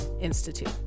institute